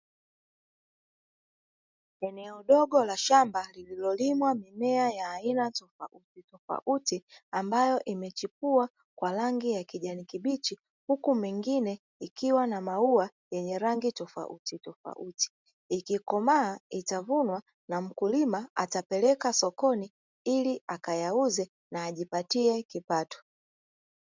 Eneo dogo la shamba lililolimwa mimea ya aina tofautitofauti, ambayo imechipua kwa rangi ya kijani kibichi, huku mingine ikiwa na maua yenye rangi tofautitofauti, ikikomaa itavunwa na mkulima atapeleka sokoni ili akayauze na ajipatie kipato.